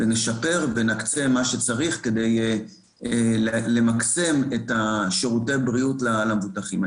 נשפר ונקצה מה שצריך כדי למקסם את שירותי הבריאות למבוטחים.